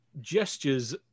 gestures